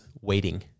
waiting